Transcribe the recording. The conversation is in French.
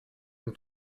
nous